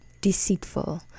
deceitful